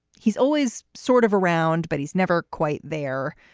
he's always sort of around, but he's never quite there.